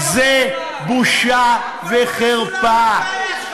זה בושה וחרפה.